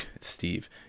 Steve